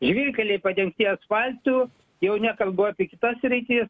žvyrkeliai padengti asfaltu jau nekalbu apie kitas sritis